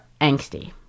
angsty